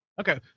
Okay